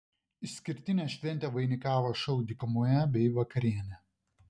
išskirtinę šventę vainikavo šou dykumoje bei vakarienė